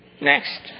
Next